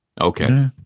Okay